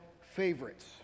Favorites